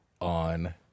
on